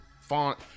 font